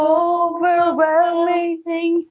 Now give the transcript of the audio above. overwhelming